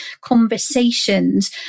conversations